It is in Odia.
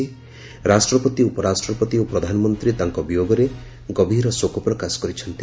ରାଷ୍ଟ୍ରପତି ଉପରାଷ୍ଟ୍ରପତି ଓ ପ୍ରଧାନମନ୍ତ୍ରୀ ତାଙ୍କ ବିୟୋଗରେ ଗଭୀର ଶୋକ ପ୍ରକାଶ କରିଛନ୍ତି